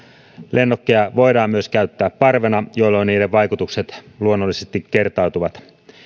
lennokkeja voidaan myös käyttää parvena jolloin niiden vaikutukset luonnollisesti kertautuvat